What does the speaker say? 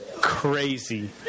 crazy